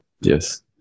yes